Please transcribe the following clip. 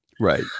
Right